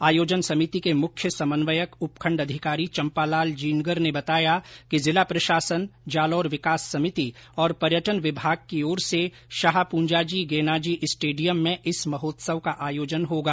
आयोजन समिति के मुख्य समन्वयक उपखंड अधिकारी चंपालाल जीनगर ने बताया कि जिला प्रशासन जालौर विकास समिति और पर्यटन विभाग की ओर से शाह पूंजाजी गेनाजी स्टेडियम में इस महोत्सव का आयोजन किया जाएगा